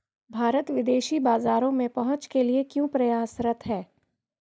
भारत विदेशी बाजारों में पहुंच के लिए क्यों प्रयासरत है?